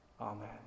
Amen